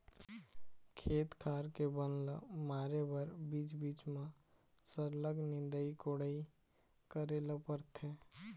खेत खार के बन ल मारे बर बीच बीच म सरलग निंदई कोड़ई करे ल परथे